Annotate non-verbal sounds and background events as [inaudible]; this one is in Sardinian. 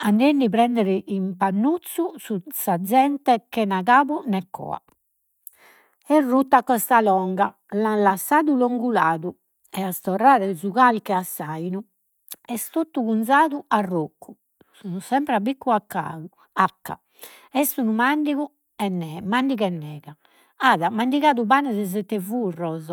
A nde li prendere in pannuzzu [hesitation] sa zente chena cabu ne coa, est ruttu a costa longa. L'an lassadu longu ladu, e [hesitation] torrare su carche a s'ainu, est totu cunzadu a roccu, sun sempre a biccu [hesitation] acca. Est unu mandigu e [hesitation] mandiga e nega, at mandigadu pane de sette furros,